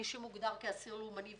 מי שמוגדר כאסיר לאומני,